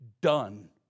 done